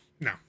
No